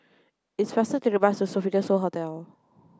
it is faster to take the bus to Sofitel So Hotel